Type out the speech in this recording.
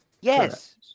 Yes